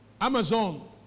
Amazon